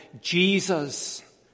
Jesus